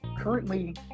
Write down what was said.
Currently